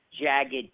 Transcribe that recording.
Jagged